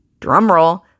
drumroll